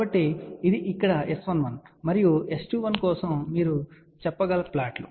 కాబట్టి ఇది ఇక్కడ S11 మరియు ఇది S21 కోసం మీరు చెప్పగల ప్లాట్లు